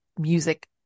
music